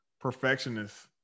perfectionist